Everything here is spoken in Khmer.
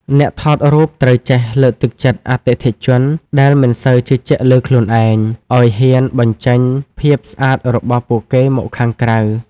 អ្នកថតរូបត្រូវចេះលើកទឹកចិត្តអតិថិជនដែលមិនសូវជឿជាក់លើខ្លួនឯង ឱ្យហ៊ានបញ្ចេញភាពស្អាតរបស់ពួកគេមកខាងក្រៅ។